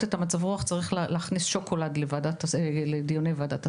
את מצב הרוח צריך להכניס שוקולד לדיוני ועדת הסל.